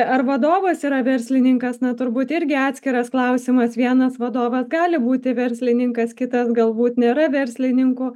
ar vadovas yra verslininkas na turbūt irgi atskiras klausimas vienas vadovas gali būti verslininkas kitas galbūt nėra verslininku